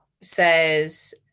says